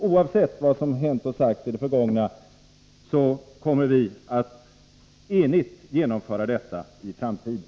Oavsett vad som har hänt och sagts i det förgångna, kommer vi att enigt genomföra detta i framtiden.